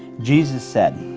jesus said